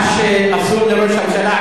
מה שאסור לראש הממשלה,